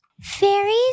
Fairies